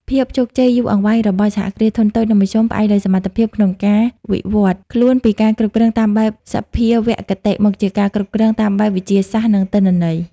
ភាពជោគជ័យយូរអង្វែងរបស់ សហគ្រាសធុនតូច និងមធ្យម ផ្អែកលើសមត្ថភាពក្នុងការវិវត្តន៍ខ្លួនពីការគ្រប់គ្រងតាមបែបសភាវគតិ មកជាការគ្រប់គ្រងតាមបែបវិទ្យាសាស្ត្រ និងទិន្នន័យ។